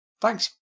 thanks